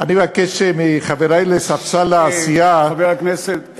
אני מבקש מחברי לספסל הסיעה, חברי הכנסת.